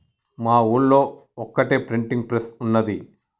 మా ఊళ్లో ఒక్కటే ప్రింటింగ్ ప్రెస్ ఉన్నది